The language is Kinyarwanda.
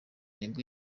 nibwo